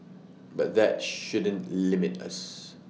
but that shouldn't limit us